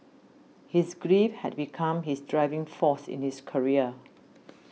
his grief had become his driving force in his career